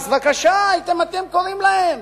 אז בבקשה, הייתם אתם קוראים להם,